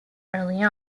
early